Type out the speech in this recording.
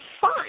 fine